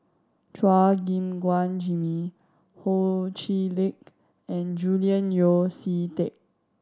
Chua Gim Guan Jimmy Ho Chee Lick and Julian Yeo See Teck